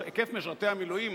היקף משרתי המילואים,